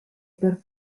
per